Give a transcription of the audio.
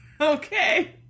Okay